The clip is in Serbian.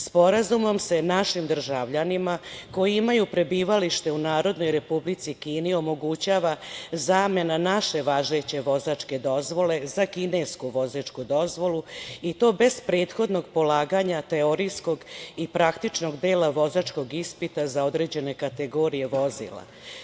Sporazumom se našim državljanima koji imaju prebivalište u Narodnoj Republici Kini omogućava zamena naše važeće vozačke dozvole za kinesku vozačku dozvolu, i to bez prethodnog polaganja teorijskog i praktičnog dela vozačkog ispita za određene kategorije vozila.